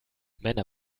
männer